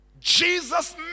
Jesus